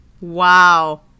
Wow